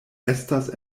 estas